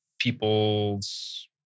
People's